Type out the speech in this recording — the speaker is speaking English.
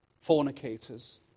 Fornicators